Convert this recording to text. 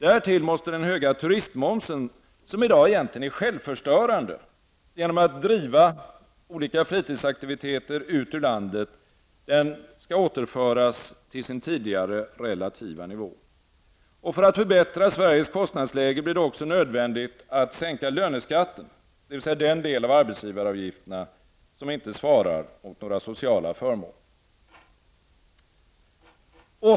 Därtill måste den höga turistmomsen, som i dag verkar självförstörande genom att driva fritidsaktiviteter ut ur landet, återföras till sin tidigare relativa nivå. Och för att förbättra Sveriges kostnadsläge blir det också nödvändigt att sänka löneskatten, dvs. den del av arbetsgivaravgifterna som inte svarar mot några sociala förmåner.